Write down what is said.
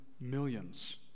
millions